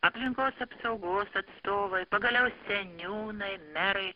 aplinkos apsaugos atstovai pagaliau ir seniūnai merai